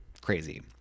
crazy